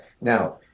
Now